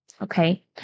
Okay